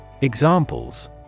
Examples